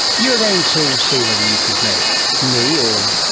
you were going to see whether you could make me or